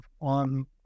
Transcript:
on